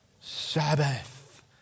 Sabbath